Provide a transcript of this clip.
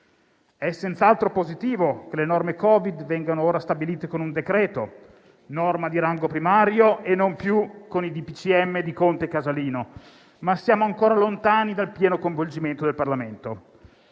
È senz'altro positivo che le norme Covid vengano ora stabilite con un decreto-legge, norma di rango primario, e non più con i DPCM di Conte e Casalino, ma siamo ancora lontani dal pieno coinvolgimento del Parlamento.